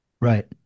right